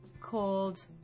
called